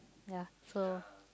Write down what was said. ya so